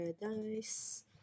Paradise